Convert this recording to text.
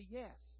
yes